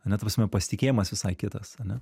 ane ta prasme pasitikėjimas visai kitas ane